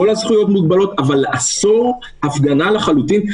כל הזכויות מוגבלות, אבל אסור הפגנה לחלוטין?